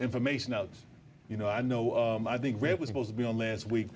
information out you know i know i think it was supposed to be on last week